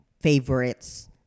favorites